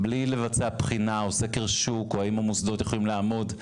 בלי לבצע בחינה או סקר שוק או בדיקה האם המוסדות יכולים לעמוד בזה,